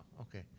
Okay